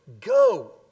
go